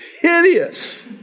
hideous